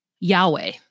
Yahweh